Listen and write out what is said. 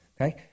okay